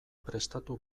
prestatu